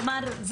כלומר,